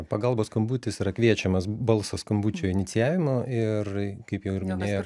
pagalbos skambutis yra kviečiamas balso skambučių inicijavimo ir kaip jau ir minėjo